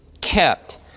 kept